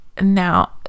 now